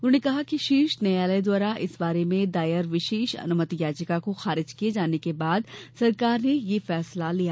उन्होंने कहा कि शीर्ष न्यायालय द्वारा इस बारे में दायर विशेष अनुमति याचिका को खारिज किये जाने के बाद सरकार ने ये फैसला लिया